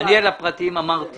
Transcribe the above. אמרתי